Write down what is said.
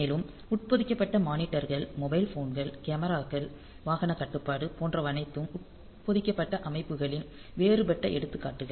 மேலும் உட்பொதிக்கப்பட்ட மானிட்டர்கள் மொபைல் போன்கள் கேமராக்கள் வாகனக் கட்டுப்பாடு போன்றவனைத்தும் உட்பொதிக்கப்பட்ட அமைப்புகளின் வேறுபட்ட எடுத்துக்காட்டுகள்